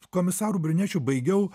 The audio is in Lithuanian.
komisaru brunečiu baigiau